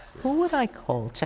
who would i call?